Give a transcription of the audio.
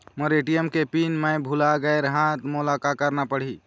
मोर ATM के PIN मैं भुला गैर ह, मोला का करना पढ़ही?